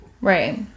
right